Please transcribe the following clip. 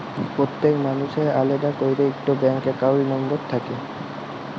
প্যত্তেক মালুসের আলেদা ক্যইরে ইকট ব্যাংক একাউল্ট লম্বর থ্যাকে